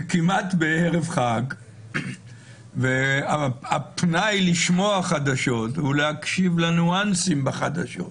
כמעט בערב חג והפנאי לשמוע חדשות ולהקשיב לניואנסים בחדשות,